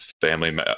family